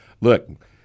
Look